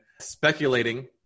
speculating